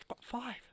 five